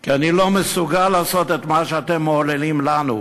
כי אני לא מסוגל לעשות את מה שאתם מעוללים לנו.